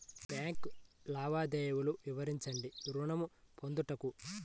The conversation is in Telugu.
బ్యాంకు లావాదేవీలు వివరించండి ఋణము పొందుటకు?